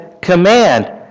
command